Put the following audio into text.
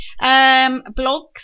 Blogs